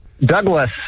Douglas